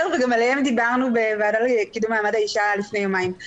וגם עליהם דיברנו בוועדה לקידום מעמד האשה לפני יומיים.